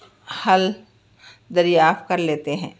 حل دریافت کر لیتے ہیں